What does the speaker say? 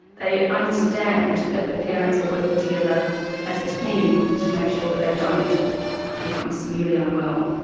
they understand that the parents are working together as a team to make sure that they don't become severely unwell.